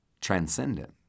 transcendent